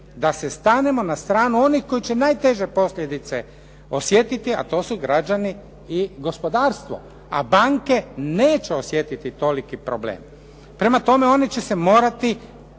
da se stanemo na stranu onih koji će najteže posljedice osjetiti, a to su građani i gospodarstvo, a banke neće osjetiti toliko problem. Prema tome, one će se morati